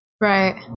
right